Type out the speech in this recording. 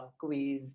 quiz